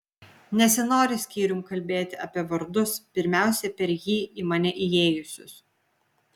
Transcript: nesinori skyrium kalbėti apie vardus pirmiausia per jį į mane įėjusius